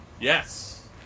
Yes